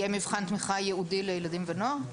יהיה מבחן תמיכה ייעודי לילדים ונוער?